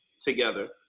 together